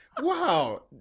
Wow